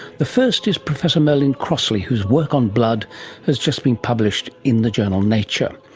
the first is professor merlin crossley, whose work on blood has just been published in the journal nature.